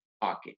pocket